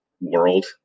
world